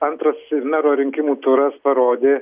antras mero rinkimų turas parodė